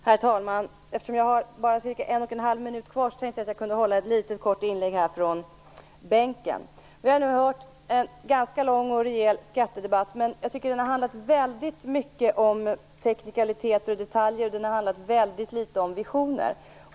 Herr talman! Vi har hört en ganska lång och rejäl skattedebatt. Men jag tycker att den väldigt mycket har handlat om teknikaliteter och detaljer och väldigt litet om visioner.